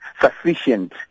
sufficient